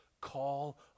Call